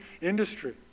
industry